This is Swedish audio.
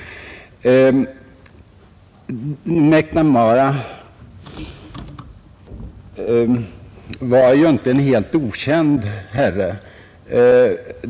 MacNamara var ju inte en helt okänd herre.